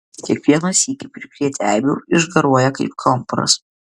kiekvieną sykį prikrėtę eibių išgaruoja kaip kamparas